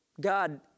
God